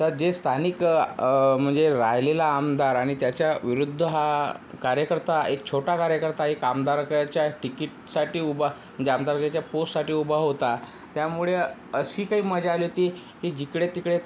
तर जे स्थानिक म्हणजे राहिलेला आमदार आणि त्याच्या विरूद्ध हा कार्यकर्ता एक छोटा कार्यकर्ता एक आमदारक्याच्या टिकीटसाठी उभा म्हणजे आमदारक्याच्या पोस्टसाठी उभा होता त्यामुळे अशी काही मजा आली होती की जिकडे तिकडे